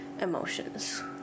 emotions